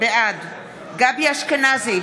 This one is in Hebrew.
בעד גבי אשכנזי,